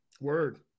Word